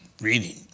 reading